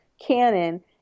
Canon